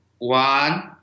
One